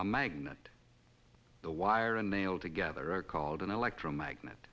a magnet the wire and nail together are called an electromagnet